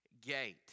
gate